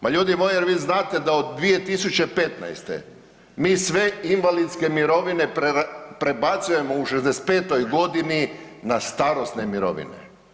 Ma ljudi moji jel vi znate da od 2015. mi sve invalidske mirovine prebacujemo u 65.g. na starosne mirovine.